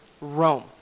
Rome